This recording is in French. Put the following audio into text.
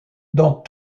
dans